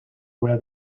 wear